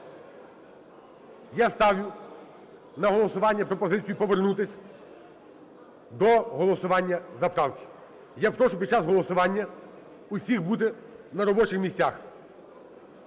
я ставлю на голосування пропозицію повернутись до голосування за правки. Я прошу під час голосування усіх бути на робочих місцях.